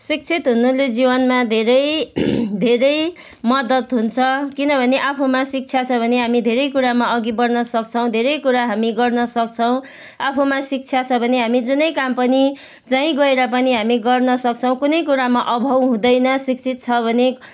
शिक्षित हुनुले जीवनमा धेरै धेरै मदद हुन्छ किनभने आफूमा शिक्षा छ भने हामी धेरै कुरामा अगि बड्न सक्छौँ धेरै कुरा हामी गर्न सक्छौँ आफूमा शिक्षा छ भने हामी जुनै काम पनि जहीँ गएर पनि हामी गर्न सक्छौँ कुनै कुरामा अभाव हुँदैन शिक्षित छ भने